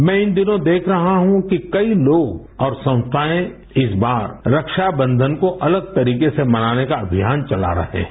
मैं इन दिनों देख रहा हूँ कि कई लोग और संस्थायें इस बार रक्षाबंधन को अलग तरीके से मनाने का अमियान चला रहें हैं